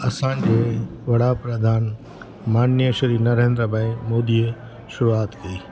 असांजो वॾा प्रधान माननीय श्री नरेंद्र भाई मोदीअ शुरूआति कई